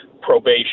probation